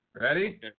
Ready